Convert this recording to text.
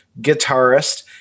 guitarist